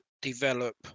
develop